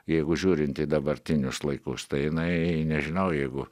jeigu žiūrint į dabartinius laikus tai jinai nežinau jeigu